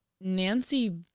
Nancy